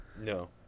No